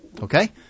Okay